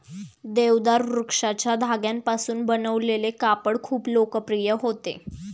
देवदार वृक्षाच्या धाग्यांपासून बनवलेले कापड खूप लोकप्रिय होते